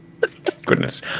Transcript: Goodness